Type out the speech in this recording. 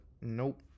nope